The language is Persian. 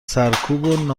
سرکوب